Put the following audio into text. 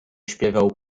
śpiewał